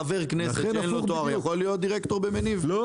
חבר כנסת שאין לו תואר יכול להיות דירקטור בתאגיד?